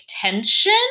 tension